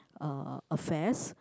affairs